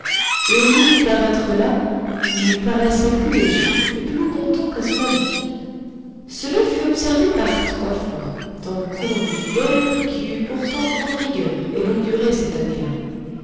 et au lieu de paraître las il paraissait plus léger et plus content qu'à son habitude cela fut observé par trois fois dans le courant de l'hiver qui eut pourtant grande rigueur et longue durée cette année-là